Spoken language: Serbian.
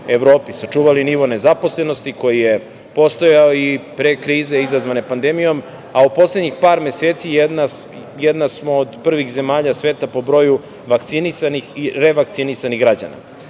sačuvali nivo nezaposlenosti koji je postojao i pre krize izazvane pandemijom, a u poslednjih par meseci jedna smo od prvih zemalja sveta po broju vakcinisanih i revakcinisanih